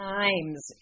times